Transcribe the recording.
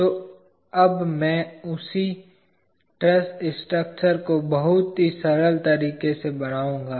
तो अब मैं उसी ट्रस स्ट्रक्चर को बहुत ही सरल तरीके से बनाऊंगा